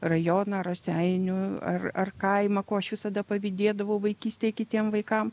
rajoną raseinių ar ar kaimą ko aš visada pavydėdavau vaikystėj kitiem vaikam